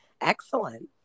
excellent